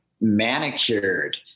manicured